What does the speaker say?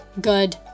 good